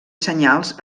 senyals